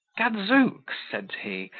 gadszooks! said he,